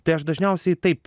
tai aš dažniausiai taip